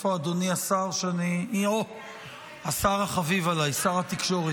איפה אדוני השר, השר החביב עליי, שר התקשורת?